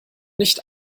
nicht